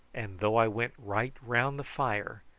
and though i went right round the fire,